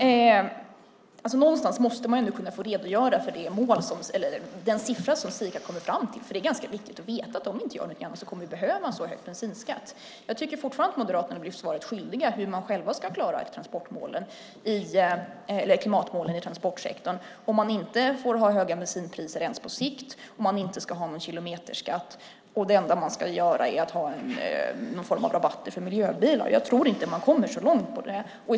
Herr talman! Någonstans måste man kunna få redogöra för den siffra som Sika kommit fram till. Det är ganska viktigt att få veta att om vi inte gör någonting annat kommer vi att behöva en så hög bensinskatt. Jag tycker fortfarande att Moderaterna blir svaret skyldiga hur de själva ska klara klimatmålen i transportsektorn om man inte får ha höga bensinpriser ens på sikt, om man inte ska ha någon kilometerskatt och det enda man ska göra är att ha någon form av rabatt för miljöbilar. Jag tror inte att man kommer så långt med det.